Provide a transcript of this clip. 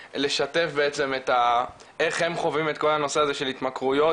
לשתף בעצם איך הם חווים את כל הנושא הזה של התמכרויות,